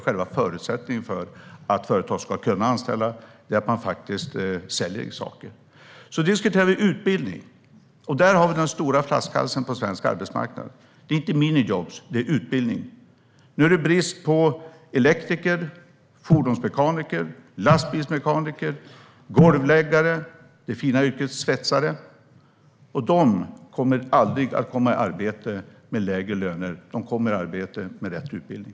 Själva förutsättningen för att företag ska kunna anställa är ju att man säljer saker. Vi diskuterade dessutom utbildning. Där har vi den stora flaskhalsen på svensk arbetsmarknad. Det är inte minijobs - det är utbildning. Nu är det brist på elektriker, fordonsmekaniker, lastbilsmekaniker, golvläggare och det fina yrket svetsare. Dessa kommer aldrig att komma i arbete med lägre löner, utan de kommer i arbete med rätt utbildning.